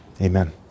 Amen